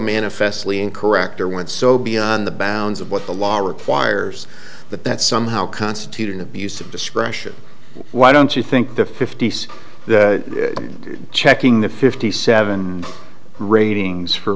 manifestly incorrect or went so beyond the bounds of what the law requires that that somehow constituted an abuse of discretion why don't you think the fifties checking the fifty seven ratings for